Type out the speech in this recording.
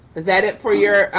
is that it for your